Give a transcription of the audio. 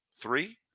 three